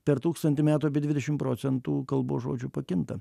per tūkstantį metų apie dvidešim procentų kalbos žodžių pakinta